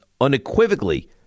unequivocally